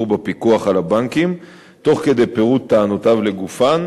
בפיקוח על הבנקים תוך פירוט טענותיו לגופן,